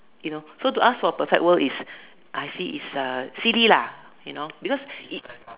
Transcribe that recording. you know to ask for a perfect world I see it's a silly lah you know because it